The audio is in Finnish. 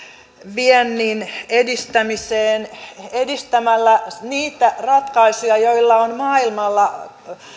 viennin edistämiseen edistämällä niitä ratkaisuja joilla on maailmalla